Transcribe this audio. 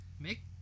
Make